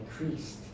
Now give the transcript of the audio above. increased